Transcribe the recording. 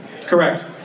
correct